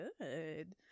good